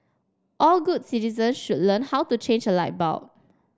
all good citizens should learn how to change a light bulb